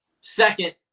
second